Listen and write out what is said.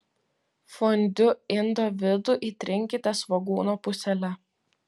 fondiu indo vidų įtrinkite svogūno pusele